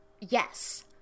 Yes